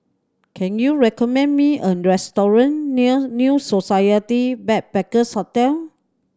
can you recommend me a restaurant near New Society Backpackers' Hotel